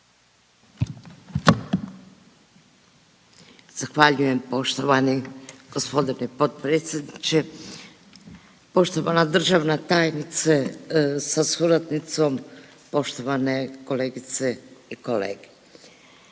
Zahvaljujem poštovani g. potpredsjedniče. Poštovana državna tajnice sa suradnicom, poštovane kolegice i kolege.